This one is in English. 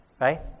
Right